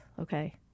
okay